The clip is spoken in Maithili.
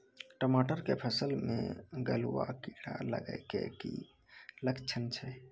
टमाटर के फसल मे गलुआ कीड़ा लगे के की लक्छण छै